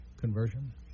conversion